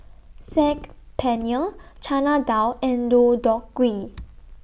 Saag Paneer Chana Dal and Deodeok Gui